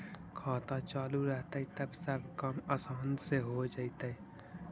खाता चालु रहतैय तब सब काम आसान से हो जैतैय?